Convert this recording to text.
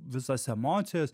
visas emocijas